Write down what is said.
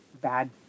bad